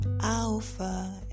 Alpha